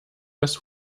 des